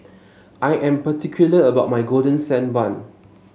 I am particular about my Golden Sand Bun